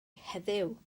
heddiw